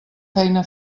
feina